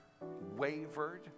wavered